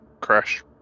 crash